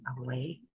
away